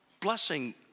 blessing